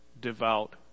devout